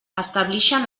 establixen